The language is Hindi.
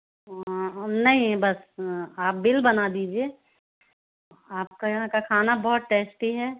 नहीं बस आप बिल बना दीजिए आपका यहाँ का खाना बहुत टेस्टी है